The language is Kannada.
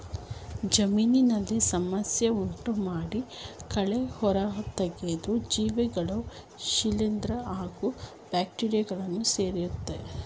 ಜಮೀನಿನಲ್ಲಿ ಸಮಸ್ಯೆ ಉಂಟುಮಾಡೋ ಕಳೆ ಹೊರತಾಗಿ ಜೀವಿಗಳಲ್ಲಿ ಶಿಲೀಂದ್ರ ಹಾಗೂ ಬ್ಯಾಕ್ಟೀರಿಯಗಳು ಸೇರಯ್ತೆ